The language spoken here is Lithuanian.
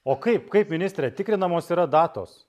o kaip kaip ministretikrinamos yra datos